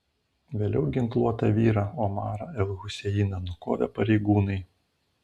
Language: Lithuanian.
vėliau ginkluotą vyrą omarą el huseiną nukovė pareigūnai